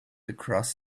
across